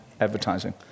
advertising